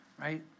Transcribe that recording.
right